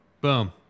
Boom